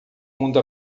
mundo